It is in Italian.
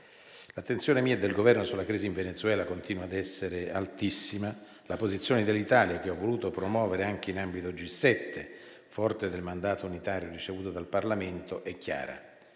l'attenzione mia e del Governo sulla crisi in Venezuela continua ad essere altissima. La posizione dell'Italia, che ho voluto promuovere anche in ambito G7, forte del mandato unitario ricevuto dal Parlamento, è chiara: